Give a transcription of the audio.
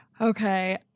Okay